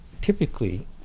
Typically